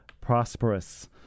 prosperous